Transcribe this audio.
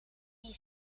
die